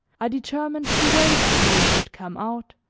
i determined to wait until he should come out,